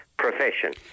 profession